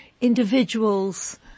individuals